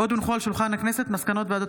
עוד הונחו על שולחן הכנסת מסקנות ועדת